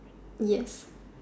yes